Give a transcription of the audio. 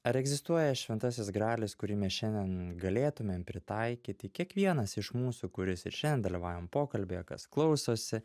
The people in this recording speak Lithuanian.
ar egzistuoja šventasis gralis kurį mes šiandien galėtumėm pritaikyti kiekvienas iš mūsų kuris ir šiandien dalyvaujam pokalbyje kas klausosi